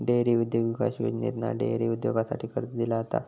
dairy उद्योग विकास योजनेतना डेअरी उद्योगासाठी कर्ज दिला जाता